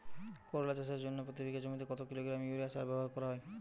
করলা চাষের জন্য প্রতি বিঘা জমিতে কত কিলোগ্রাম ইউরিয়া সার ব্যবহার করা হয়?